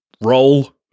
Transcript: roll